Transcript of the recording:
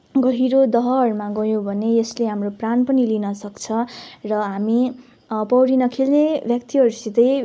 गहिरो दहहरूमा गयौँ भने यसले हाम्रो प्राण पनि लिनसक्छ र हामी पौडी नखेल्ने व्यक्तिहरूसितै